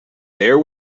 there